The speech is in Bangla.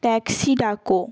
ট্যাক্সি ডাকো